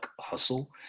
hustle